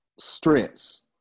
strengths